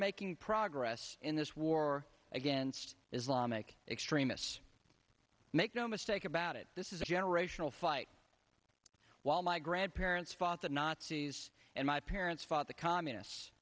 making progress in this war against islamic extremists make no mistake about it this is a generational fight while my grandparents fought the nazis and my parents fought the communists